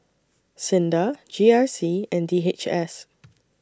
SINDA G R C and D H S